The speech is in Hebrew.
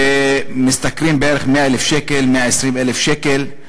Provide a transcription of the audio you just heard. ואלה משתכרים 100,000 120,000 שקל.